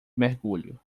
mergulho